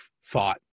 fought